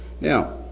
now